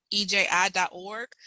EJI.org